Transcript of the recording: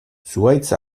zuhaitz